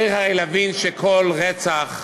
הרי צריך להבין שכל רצח,